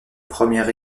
premiers